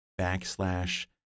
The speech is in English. backslash